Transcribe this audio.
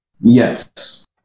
Yes